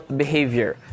behavior